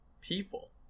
people